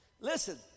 Listen